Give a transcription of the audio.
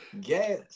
Gas